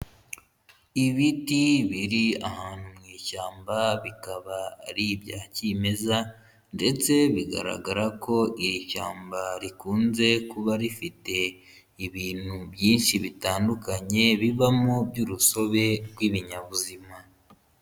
Ibiti biri ahantu mu ishyamba bikaba ari ibya kimeza ndetse bigaragara ko iri shyamba rikunze kuba rifite ibintu byinshi bitandukanye bibamo by'urusobe rw'ibinyabuzima.